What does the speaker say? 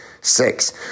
Six